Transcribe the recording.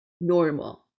normal